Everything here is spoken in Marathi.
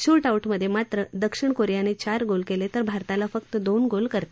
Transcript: शूट आऊट मध्ये मात्र दक्षिण कोरियानं चार गोल केले तर भारताला फक्त दोन गोल करता आले